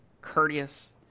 courteous